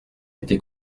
était